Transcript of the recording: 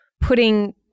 putting